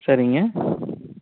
சரிங்க